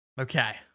okay